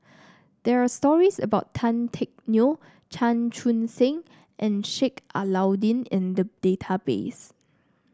there are stories about Tan Teck Neo Chan Chun Sing and Sheik Alau'ddin in the database